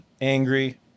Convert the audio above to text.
angry